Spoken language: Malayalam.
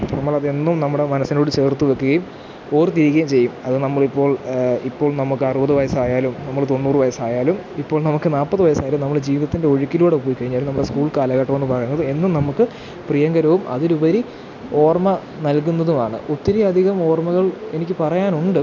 നമ്മളതെന്നും നമ്മുടെ മനസ്സിനോട് ചേർത്തുവയ്ക്കുകയും ഓർത്തിരിക്കുകയും ചെയ്യും അത് നമ്മളിപ്പോൾ ഇപ്പോള് നമുക്കറുപത് വയസ്സായാലും നമ്മള് തൊണ്ണൂറ് വയസ്സായാലും ഇപ്പോൾ നമുക്ക് നാല്പത് വയസ്സായാലും നമ്മള് ജീവിതത്തിൻ്റെ ഒഴുക്കിലൂടെ പോയിക്കഴിഞ്ഞാലും നമ്മുടെ സ്കൂൾ കാലഘട്ടമെന്നു പറയുന്നത് എന്നും നമുക്ക് പ്രിയങ്കരവും അതിലുപരി ഓർമ്മ നൽകുന്നതുമാണ് ഒത്തിരി അധികം ഓർമ്മകൾ എനിക്ക് പറയാനുണ്ട്